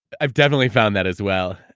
i've definitely found that as well.